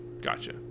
Gotcha